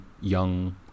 young